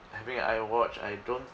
having I watch I don't